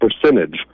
percentage